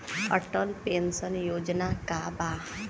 Atal pension योजना का बा?